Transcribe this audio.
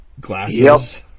glasses